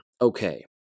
Okay